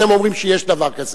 אתם אומרים שיש דבר כזה,